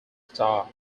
star